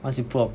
once you put a